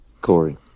Corey